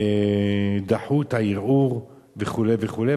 דחו את הערעור וכו' וכו'.